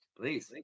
Please